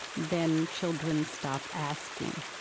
then children stop asking.